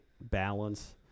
balance